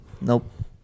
Nope